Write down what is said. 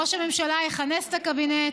ראש הממשלה יכנס את הקבינט,